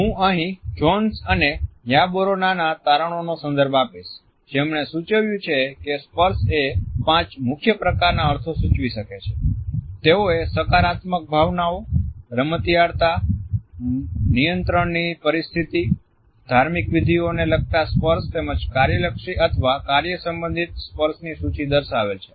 હું અહીં જોન્સ અને યાર્બોરોના તારણોનો સંદર્ભ આપીશ જેમણે સૂચવ્યું છે કે સ્પર્શ એ પાંચ મુખ્ય પ્રકારના અર્થો સૂચવી શકે છે તેઓએ સકારાત્મક ભાવનાઓ રમતિયાળતા નિયંત્રણની પરિસ્થિતિ ધાર્મિક વિધિઓને લગતા સ્પર્શ તેમજ કાર્યલક્ષી અથવા કાર્ય સંબંધિત સ્પર્શની સૂચિ દર્શાવેલ છે